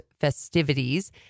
festivities